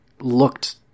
looked—